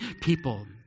people